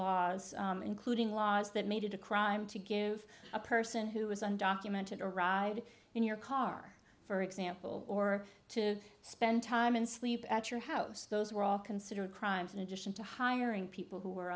laws including laws that made it a crime to give a person who is undocumented or ride in your car for example or to spend time and sleep at your house those were all considered crimes in addition to hiring people who